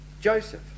Joseph